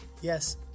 yes